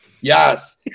Yes